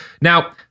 Now